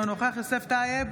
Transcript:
אינו נוכח יוסף טייב,